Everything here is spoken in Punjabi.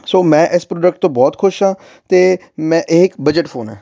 ਸੋ ਮੈਂ ਇਸ ਪ੍ਰੋਡਕਟ ਤੋਂ ਬਹੁਤ ਖੁਸ਼ ਹਾਂ ਅਤੇ ਮੈਂ ਇਹ ਇੱਕ ਬਜਟ ਫੋਨ ਹੈ